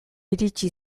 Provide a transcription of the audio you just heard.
iritsi